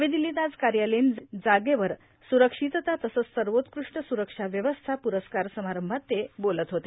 नवी दिल्लीत आज कार्यालयीन जागेवर सुरक्षितता तसंच सर्वोत्कृष्ट सुरक्षा व्यवस्था पुरस्कार समारंभात ते बोलत होते